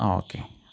okay